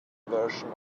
version